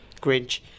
Grinch